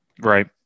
Right